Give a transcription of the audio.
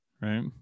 right